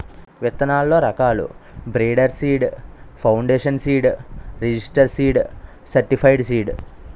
విత్తనాల్లో రకాలు breeder seed, foundation seed, registered seed, certified seed